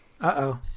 Uh-oh